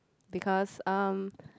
because um